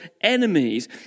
enemies